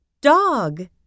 dog